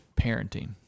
parenting